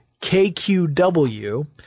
KQW